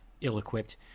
ill-equipped